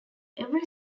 every